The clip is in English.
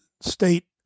state